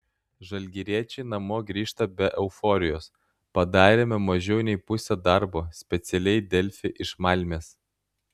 žalgiriečiai namo grįžta be euforijos padarėme mažiau nei pusę darbo specialiai delfi iš malmės